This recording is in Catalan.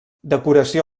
decoració